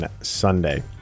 Sunday